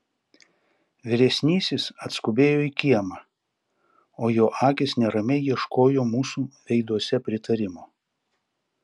vyresnysis atskubėjo į kiemą o jo akys neramiai ieškojo mūsų veiduose pritarimo